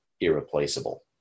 irreplaceable